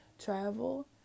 travel